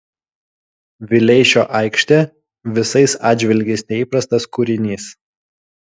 vileišio aikštė visais atžvilgiais neįprastas kūrinys